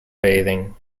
bathing